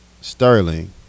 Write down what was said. Sterling